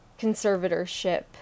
conservatorship